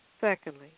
Secondly